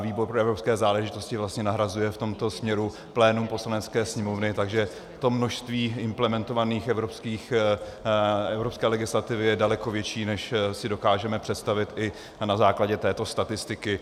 Výbor pro evropské záležitosti vlastně nahrazuje v tomto směru plénum Poslanecké sněmovny, takže to množství implementované evropské legislativy je daleko větší, než si dokážeme představit i na základě této statistiky.